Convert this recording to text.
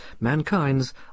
mankind's